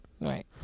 Right